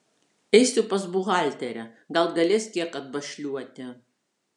eisiu pas buhalterę gal galės kiek atbašliuoti